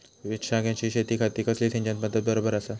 मिर्षागेंच्या शेतीखाती कसली सिंचन पध्दत बरोबर आसा?